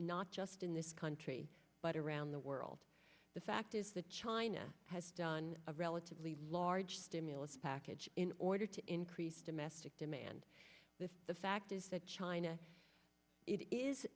not just in this country but around the world the fact is that china has done a relatively large stimulus package in order to increase domestic demand the fact that china is